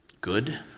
good